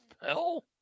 hell